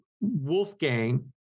Wolfgang